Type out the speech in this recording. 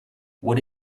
what